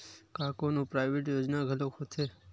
का कोनो प्राइवेट योजना घलोक होथे?